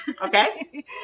Okay